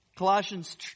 Colossians